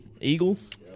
Eagles